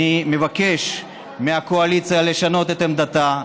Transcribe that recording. אני מבקש מהקואליציה לשנות את עמדתה.